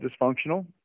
dysfunctional